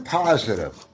positive